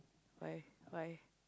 why why